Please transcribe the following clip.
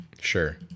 Sure